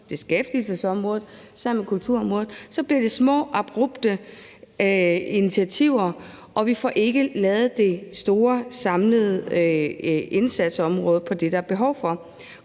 beskæftigelsesområdet og kulturområdet sammen, bliver det små abrupte initiativer, og så vi får ikke lavet det store samlede indsatsområde for det, der er behov for.